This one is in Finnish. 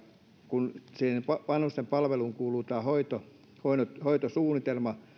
kun siihen vanhustenpalveluun kuuluu hoitosuunnitelma